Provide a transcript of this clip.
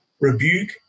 rebuke